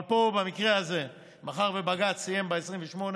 אבל פה, במקרה הזה, מאחר שבג"ץ סיים ב-28,